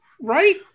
right